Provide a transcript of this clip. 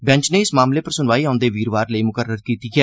bench नै इस मामले पर स्नवाई औंदे वीरवार लेई मुकरर्र कीती ऐ